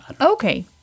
Okay